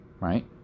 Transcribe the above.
Right